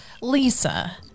Lisa